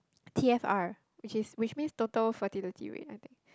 T_F_R which is which means total fertility rate I think